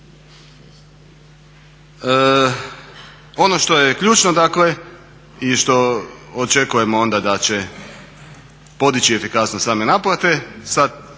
Ono što je ključno, dakle i što očekujemo onda da će podići efikasnost same naplate